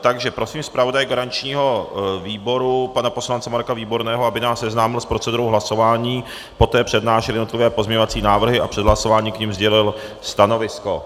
Takže prosím zpravodaje garančního výboru pana poslance Marka Výborného, aby nás seznámil s procedurou hlasování, poté přednášel jednotlivé pozměňovací návrhy a před hlasováním k nim sdělil stanovisko.